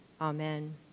Amen